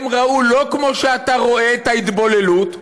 הם ראו, לא כמו שאתה רואה, את ההתבוללות.